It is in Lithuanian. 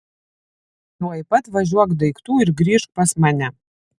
tuoj pat važiuok daiktų ir grįžk pas mane